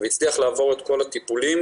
והצליח לעבור את כל הטיפולים,